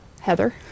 Heather